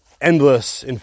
endless